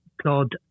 God